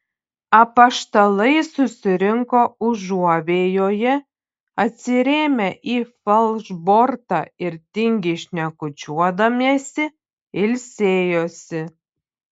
apaštalai susirinko užuovėjoje atsirėmę į falšbortą ir tingiai šnekučiuodamiesi ilsėjosi